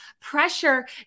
pressure